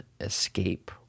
escape